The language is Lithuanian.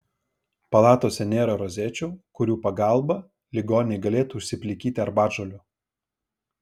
palatose nėra rozečių kurių pagalba ligoniai galėtų užsiplikyti arbatžolių